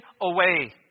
away